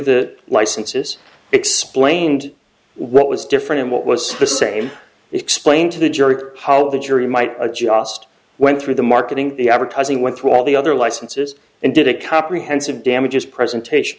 the licenses explained what was different and what was the same explain to the jury how the jury might adjust went through the marketing the advertising went through all the other licenses and did a comprehensive damages presentation